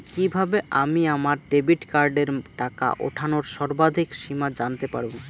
কিভাবে আমি আমার ডেবিট কার্ডের টাকা ওঠানোর সর্বাধিক সীমা জানতে পারব?